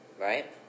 Right